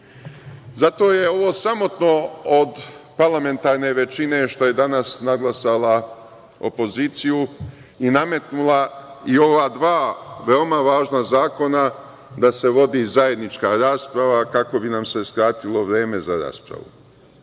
više. Zato je ovo sramotno od parlamentarne većine što je danas nadglasala opoziciju i nametnula i ova dva veoma važna zakona da se vodi zajednička rasprave kako bi nam se skratilo vreme za raspravu.